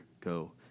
go